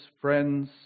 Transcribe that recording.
friends